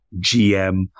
GM